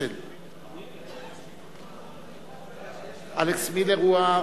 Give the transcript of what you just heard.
של חבר הכנסת אלכס מילר,